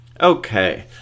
Okay